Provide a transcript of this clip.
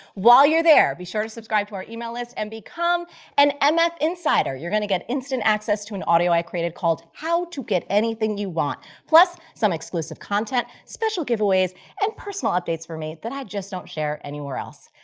while you're there be sure to subscribe to our email list and become and an mf insider. you're going to get instant access to an audio i created called, how to get anything you want, plus some exclusive content, special giveaways and personal updates from me that i just don't share anywhere else.